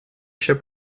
еще